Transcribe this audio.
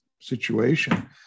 situation